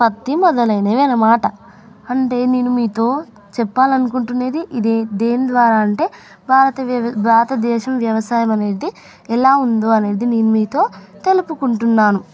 పత్తి మొదలైనవి అన్నమాట అంటే నేను మీతో చెప్పాలి అనుకుంటున్నది ఇదే దేని ద్వారా అంటే భారతదే భారతదేశం వ్యవసాయం అనేది ఎలా ఉంది అనేది నేను మీతో తెలుపుకుంటున్నాను